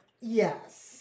Yes